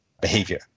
behavior